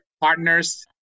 partners